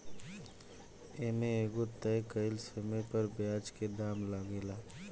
ए में एगो तय कइल समय पर ब्याज के दाम लागेला